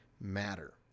matter